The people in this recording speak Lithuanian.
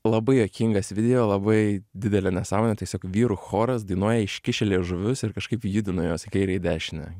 labai juokingas video labai didelė nesąmonė tiesiog vyrų choras dainuoja iškišę liežuvius ir kažkaip judina juos į kairę į dešinę